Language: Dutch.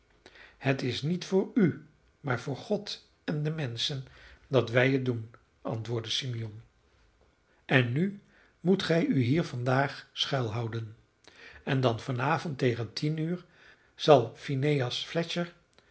het is niet voor u maar voor god en de menschen dat wij het doen antwoordde simeon en nu moet gij u hier vandaag schuilhouden en van avond tegen tien uur zal phineas fletcher